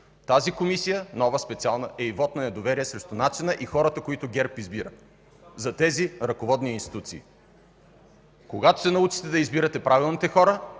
Тази Комисия – нова, специална, е и вот на недоверие срещу начина и хората, които ГЕРБ избира за тези ръководни институции. Когато се научите да избирате правилните хора,